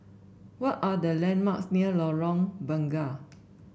what are the landmarks near Lorong Bunga